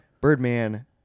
Birdman